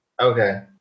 Okay